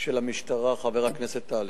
של המשטרה, חבר הכנסת אלסאנע,